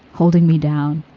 holding me down.